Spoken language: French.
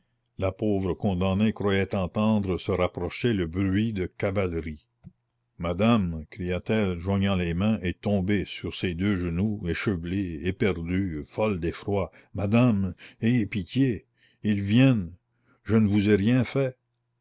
la pauvre condamnée croyait entendre se rapprocher le bruit de cavalerie madame cria-t-elle joignant les mains et tombée sur ses deux genoux échevelée éperdue folle d'effroi madame ayez pitié ils viennent je ne vous ai rien fait